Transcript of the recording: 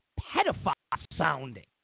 pedophile-sounding